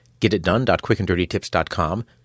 getitdone.quickanddirtytips.com